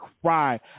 cry